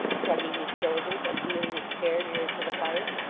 shrugging his shoulders and wheeling his chair nearer to the fire.